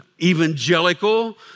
Evangelical